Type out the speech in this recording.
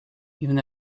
even